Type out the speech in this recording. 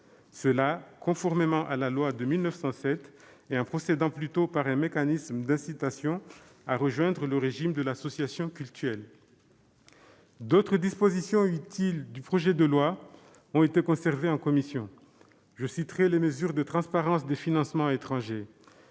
Cela, conformément à la loi de 1907, et en procédant plutôt par un mécanisme d'incitation à rejoindre le régime de l'association cultuelle. D'autres dispositions utiles du projet de loi ont été conservées en commission. Je citerai : les mesures de transparence des financements étrangers